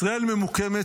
ישראל ממוקמת,